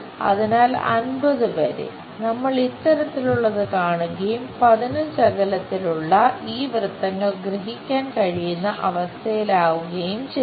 അതിനാൽ 50 വരെ നമ്മൾ ഇത്തരത്തിലുള്ളത് കാണുകയും 15 അകലത്തിലുള്ള ഈ വൃത്തങ്ങൾ ഗ്രഹിക്കാൻ കഴിയുന്ന അവസ്ഥയിലായിരിക്കുകയും ചെയ്യും